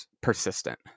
persistent